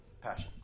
passion